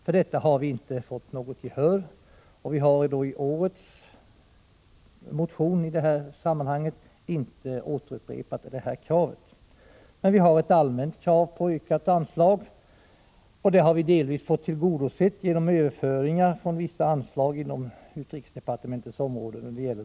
För detta har vi inte fått något gehör, och i årets motion i det här sammanhanget har vi inte återupprepat detta krav. Men vi har ett allmänt krav på ökat anslag, och det har vi delvis fått tillgodosett genom överföringar från vissa anslag inom utrikesdepartementets område.